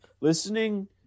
listening